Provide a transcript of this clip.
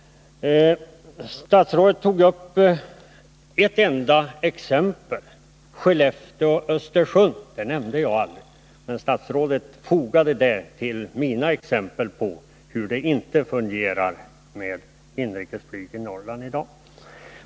Statsrådet tog upp ett enda exempel — Skellefteå-Östersund. Det nämnde jag aldrig, men statsrådet fogade det till mina exempel på hur inriksflyget inte fungerar i Norrland i dag.